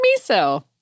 miso